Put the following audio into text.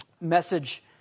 message